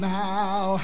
now